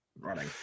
running